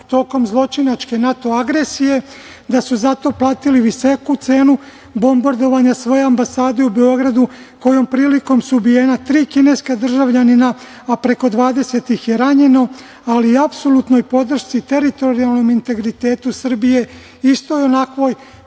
tokom zločinačke NATO agresije, da su za to platili visoku cenu, bombardovanja svoje ambasade u Beogradu, kojom prilikom su ubijena tri kineska državljanina, a preko 20 ih je ranjeno, ali apsolutnoj podršci teritorijalnom integritetu Srbije istoj onakvoj